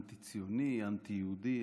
אנטי-ציוני, אנטי-יהודי.